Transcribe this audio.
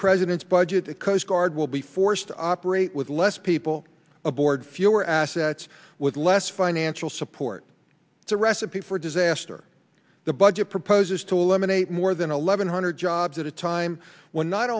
president's budget the coast guard will be forced to operate with less people aboard fewer assets with less financial support it's a recipe for disaster the budget proposes to eliminate more than eleven hundred jobs at a time when not